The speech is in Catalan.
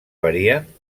varien